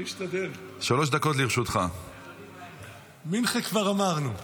אני אשתדל, מנחה כבר אמרנו.